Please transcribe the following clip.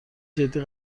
جدی